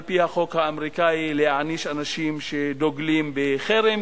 על-פי החוק האמריקני להעניש אנשים שדוגלים בחרם,